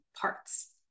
parts